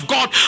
God